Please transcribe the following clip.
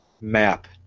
map